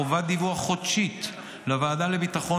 חובת דיווח חודשית לוועדה לביטחון